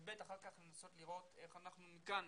ואחר כך לנסות לראות איך אנחנו מכאן